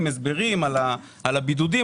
הסברים על הבידודים,